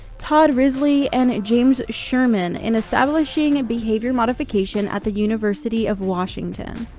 todd risley, and james sherman in establishing and behavior modification at the university of washington.